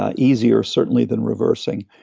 ah easier, certainly, than reversing.